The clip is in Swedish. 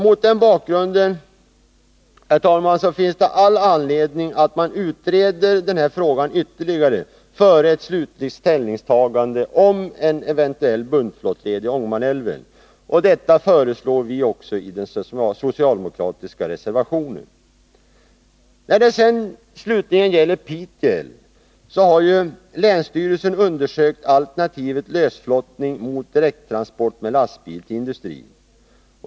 Mot den bakgrunden, herr talman, finns det all anledning att utreda denna fråga ytterligare före ett slutligt ställningstagande om en eventuell buntflottled i Ångermanälven. Detta föreslår vi också i den socialdemokratiska reservationen. När det slutligen gäller Pite älv så har ju länsstyrelsen undersökt alternativet lösflottning mot direkttransport med lastbil till industrin.